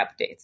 updates